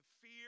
fear